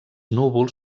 núvols